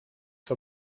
for